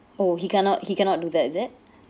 orh he cannot he cannot do that is it